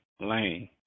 Lane